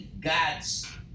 God's